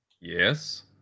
yes